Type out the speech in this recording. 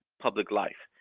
public life.